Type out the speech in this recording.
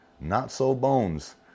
Not-So-Bones